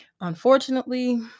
Unfortunately